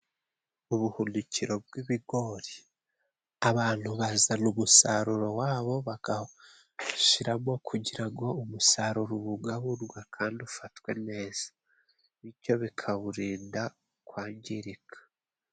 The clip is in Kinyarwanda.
Ubuhunrikiro bw'ibigori, abantu bazana umusaruro wabo bakawushyimo, kugira ngo umusaruro ubungabugwe kandi ufatwe neza, bityo bikawurinda kwangirika.